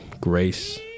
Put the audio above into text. Grace